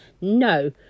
No